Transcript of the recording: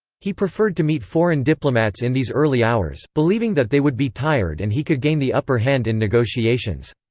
he preferred to meet foreign diplomats in these early hours, believing that they would be tired and he could gain the upper hand in negotiations.